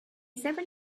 seven